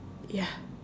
ya